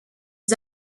des